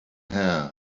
hair